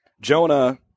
Jonah